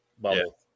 bubble